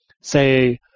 say